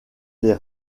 les